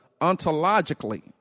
ontologically